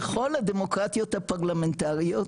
בכל הדמוקרטיות הפרלמנטריות,